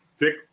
thick